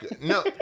No